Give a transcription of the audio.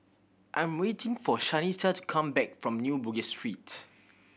I'm waiting for Shanita to come back from New Bugis Street